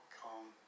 come